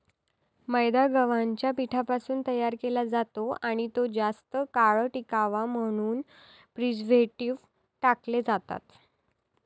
मैदा गव्हाच्या पिठापासून तयार केला जातो आणि तो जास्त काळ टिकावा म्हणून प्रिझर्व्हेटिव्ह टाकले जातात